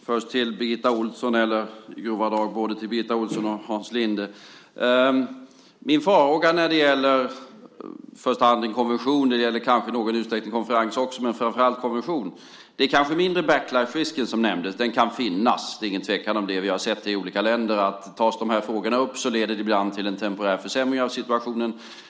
Fru talman! Min farhåga när det gäller i första hand en konvention - det gäller kanske i någon utsträckning också för en konferens men framför allt en konvention - är kanske mindre den backlashrisk som nämndes. Den kan finnas, det är ingen tvekan om det. Vi har sett det i olika länder att tas de här frågorna upp leder det ibland till en temporär försämring av situationen.